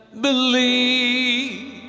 believe